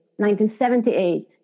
1978